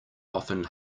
often